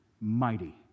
mighty